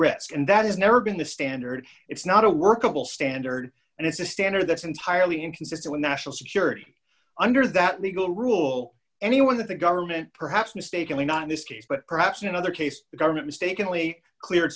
risk and that is never been the standard it's not a workable standard and it's a standard that's entirely inconsistent with national security under that legal rule anyone that the government perhaps mistakenly not in this case but perhaps in another case the government mistakenly clear